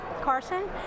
Carson